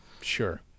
Sure